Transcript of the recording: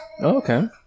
okay